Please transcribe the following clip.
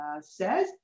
says